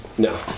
No